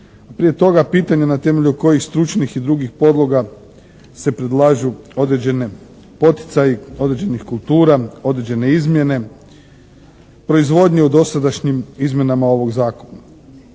Prije toga pitanje na temelju kojih stručnih i drugih podloga se predlažu određene poticaji, određenih kultura, određene izmjene proizvodnje u dosadašnjim izmjenama ovog zakona.